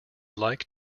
like